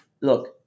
look